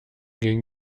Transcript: gegen